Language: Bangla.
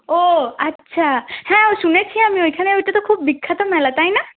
ও আচ্ছা হ্যাঁ শুনেছি আমি ওইখানে ওইটা তো খুব বিখ্যাত মেলা তাই না